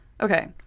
Okay